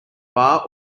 bar